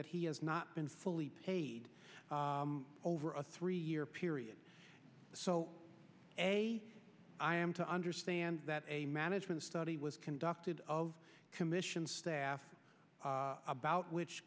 that he has not been fully paid over a three year period so i am to understand that a management study was conducted of commission staff about which